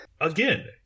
Again